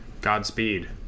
Godspeed